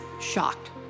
shocked